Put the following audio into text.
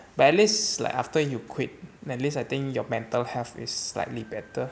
but at least like after you quit at least I think your mental health is slightly better